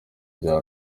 bya